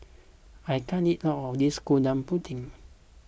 I can't eat all of this Gudeg Putih